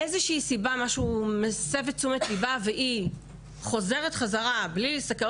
מאיזושהי סיבה משהו מסב את תשומת ליבה והיא חוזרת חזרה בלי להסתכל,